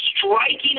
striking